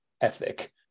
ethic